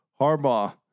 Harbaugh